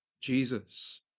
Jesus